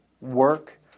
work